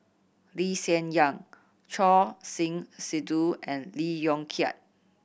Lee Hsien Yang Choor Singh Sidhu and Lee Yong Kiat